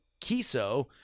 Kiso